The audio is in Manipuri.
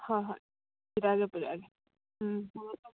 ꯍꯣꯏ ꯍꯣꯏ ꯄꯤꯔꯛꯑꯒꯦ ꯄꯤꯔꯛꯑꯒꯦ ꯎꯝ ꯊꯝꯃꯣ ꯊꯝꯃꯣ